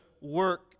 work